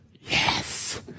Yes